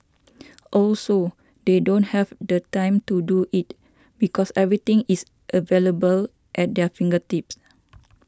also they don't have the time to do it because everything is available at their fingertips